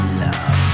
love